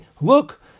look